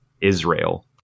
Israel